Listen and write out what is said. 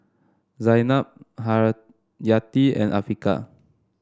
Zaynab Haryati and Afiqah